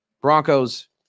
Broncos